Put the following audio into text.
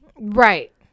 Right